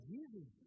Jesus